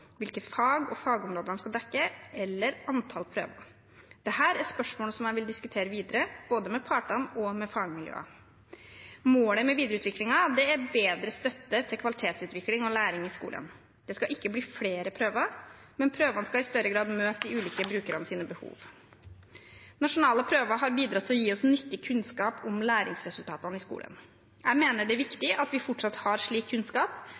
hvilke fag og fagområder de skal dekke, eller antall prøver. Dette er spørsmål som jeg vil diskutere videre, både med partene og med fagmiljøer. Målet med videreutviklingen er bedre støtte til kvalitetsutvikling og læring i skolen. Det skal ikke bli flere prøver, men prøvene skal i større grad møte de ulike brukernes behov. Nasjonale prøver har bidratt til å gi oss nyttig kunnskap om læringsresultatene i skolen. Jeg mener det er viktig at vi fortsatt har slik kunnskap,